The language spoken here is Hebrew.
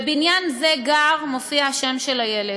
בבניין זה גר, מופיע השם של הילד,